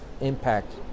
impact